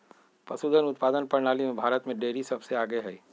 पशुधन उत्पादन प्रणाली में भारत में डेरी सबसे आगे हई